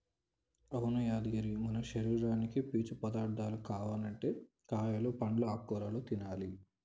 అవును యాదగిరి మన శరీరానికి పీచు పదార్థాలు కావనంటే కాయలు పండ్లు ఆకుకూరలు తినాలి